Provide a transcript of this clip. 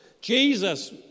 Jesus